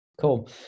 Cool